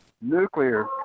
nuclear